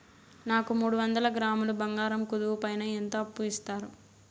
నాకు మూడు వందల గ్రాములు బంగారం కుదువు పైన ఎంత అప్పు ఇస్తారు?